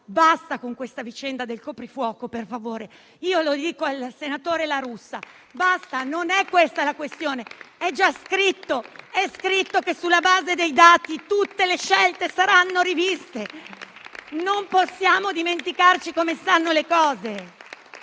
Basta con questa vicenda del coprifuoco, per favore! Lo dico al senatore La Russa: basta! Non è questa la questione. È già scritto che, sulla base dei dati, tutte le scelte saranno riviste. Non possiamo dimenticare come stanno le cose,